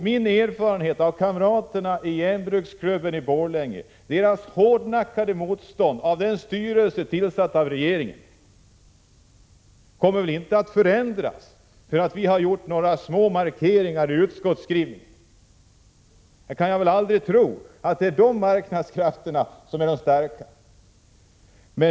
Min erfarenhet av kamraterna i Järnbruksklubben i Borlänge säger mig att deras hårdnackade motstånd mot den av regeringen utsedda styrelsen inte kommer att förändras för att vi har gjort några små markeringar i utskottsskrivningen. Jag kan väl aldrig tro att det är de marknadskrafterna som är de starka.